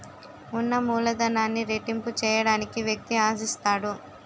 ఉన్న మూలధనాన్ని రెట్టింపు చేయడానికి వ్యక్తి ఆశిస్తాడు